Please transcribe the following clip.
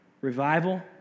revival